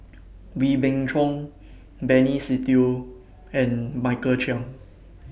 Wee Beng Chong Benny Se Teo and Michael Chiang